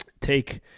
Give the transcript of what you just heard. take